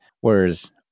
Whereas